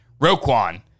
Roquan